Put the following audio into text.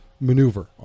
Maneuver